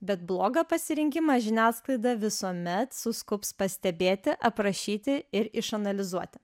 bet blogą pasirinkimą žiniasklaida visuomet suskubs pastebėti aprašyti ir išanalizuoti